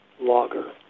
logger